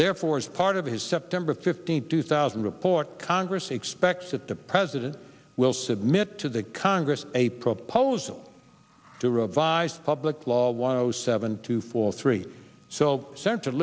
there for as part of his september fifteenth two thousand report congress expects that the president will submit to the congress a proposal to revise public law seven two four three so sen